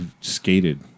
skated